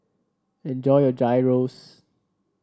enjoy your Gyros